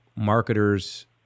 marketers